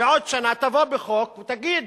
בעוד שנה תבוא בחוק ותגיד,